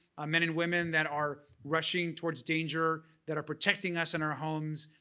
ah men and women that are rushing towards danger, that are protecting us in our homes,